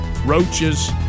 Roaches